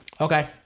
Okay